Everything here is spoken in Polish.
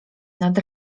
nad